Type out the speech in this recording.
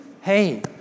Hey